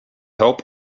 help